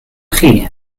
chi